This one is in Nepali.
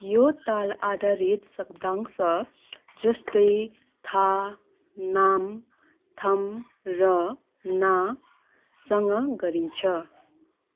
यो ताल आधारित शब्दांश जस्तै थाहा नाम ठाम र नासँग गरिन्छ